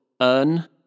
earn